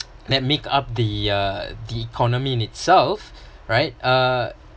that make up the uh the economy in itself right uh